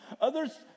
Others